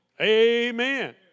Amen